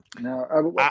now